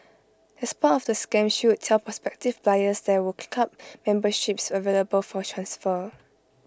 as part of the scam she would tell prospective buyers there were club memberships available for transfer